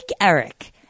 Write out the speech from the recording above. Eric